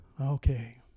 Okay